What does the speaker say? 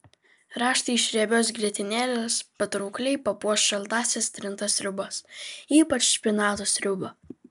raštai iš riebios grietinėlės patraukliai papuoš šaltąsias trintas sriubas ypač špinatų sriubą